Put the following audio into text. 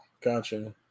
gotcha